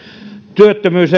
työttömyys